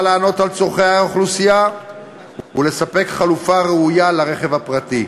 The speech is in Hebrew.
לענות על צורכי האוכלוסייה ולספק חלופה ראויה לרכב הפרטי.